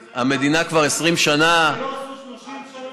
המדינה כבר 20 שנה, מה שלא עשו 30 שנה.